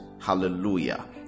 hallelujah